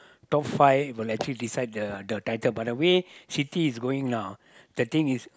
top five but actually decide the the title by the way City is going now the thing is